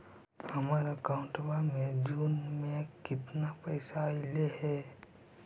हमर अकाउँटवा मे जून में केतना पैसा अईले हे?